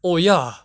oh ya